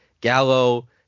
Gallo